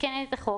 לתקן את החוק,